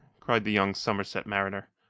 cried the young somerset mariner.